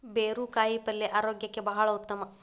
ಬೇರು ಕಾಯಿಪಲ್ಯ ಆರೋಗ್ಯಕ್ಕೆ ಬಹಳ ಉತ್ತಮ